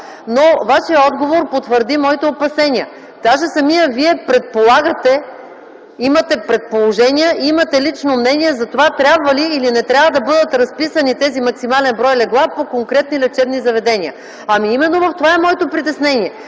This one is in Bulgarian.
Вашият отговор потвърди моите опасения. Даже самият Вие предполагате, имате предположения, имате лично мнение за това трябва ли или не трябва да бъдат разписани тези максимален брой легла по конкретни лечебни заведения. Ами, именно в това е моето притеснение,